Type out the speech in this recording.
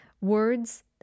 words